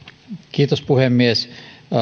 puhemies